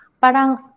parang